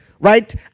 Right